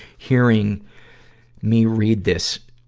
hearing me read this,